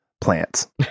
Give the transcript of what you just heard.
plants